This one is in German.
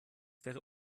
wäre